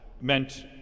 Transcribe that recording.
meant